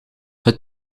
het